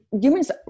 humans